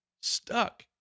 stuck